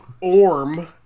Orm